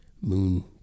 moon